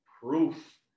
proof